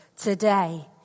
today